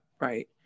right